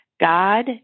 God